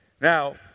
Now